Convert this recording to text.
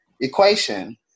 equation